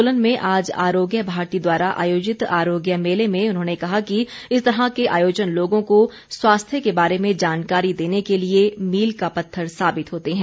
सोलन में आज आरोग्य भारती द्वारा आयोजित आरोग्य मेले में उन्होंने कहा कि इस तरह के आयोजन लोगों को स्वास्थ्य के बारे में जानकारी देने के लिए मील का पत्थर साबित होते हैं